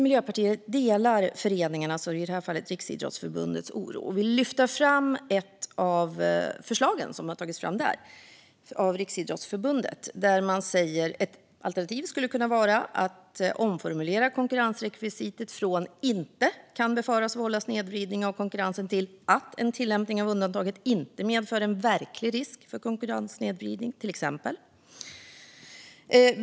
Miljöpartiet delar föreningarnas och Riksidrottsförbundets oro och vill lyfta fram ett förslag som Riksidrottsförbundet har tagit fram. Man säger att ett alternativ skulle kunna vara att omformulera konkurrensrekvisitet från "inte kan befaras vålla snedvridning av konkurrensen" till "att en tillämpning av undantaget inte medför en verklig risk för konkurrenssnedvridning".